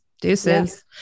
deuces